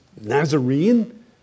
Nazarene